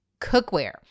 cookware